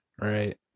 right